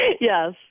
Yes